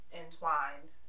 entwined